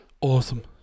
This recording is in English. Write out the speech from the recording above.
Awesome